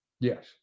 Yes